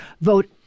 vote